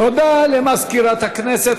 תודה למזכירת הכנסת.